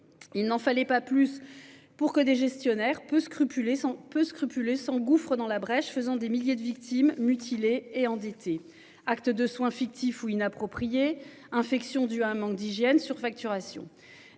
Il n'en fallait pas plus pour que des gestionnaires peu scrupule et sont peu scrupuleux s'engouffre dans la brèche, faisant des milliers de victimes mutilées et endetté actes de soins fictifs ou inappropriés infection due à un manque d'hygiène surfacturation